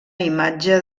imatge